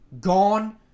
gone